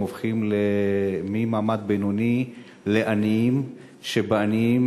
הם הופכים ממעמד בינוני לעניים שבעניים